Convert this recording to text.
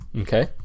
okay